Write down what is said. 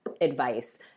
advice